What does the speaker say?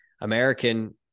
American